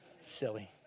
Silly